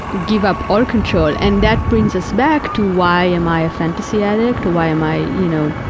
give up all control, and that brings us back to, why am i a fantasy addict, why am i, you know,